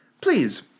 Please